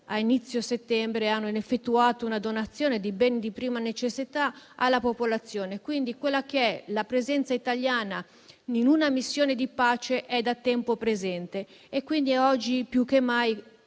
a inizio settembre hanno effettuato una donazione di beni di prima necessità alla popolazione. Quindi, un contingente italiano in una missione di pace è da tempo presente, e oggi più che mai